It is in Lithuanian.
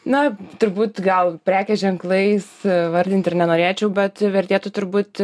na turbūt gal prekės ženklais vardint ir nenorėčiau bet vertėtų turbūt